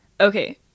Okay